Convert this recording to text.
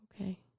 okay